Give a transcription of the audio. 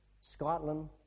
Scotland